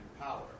power